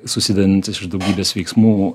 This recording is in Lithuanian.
susidedantis iš daugybės veiksmų